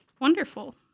wonderful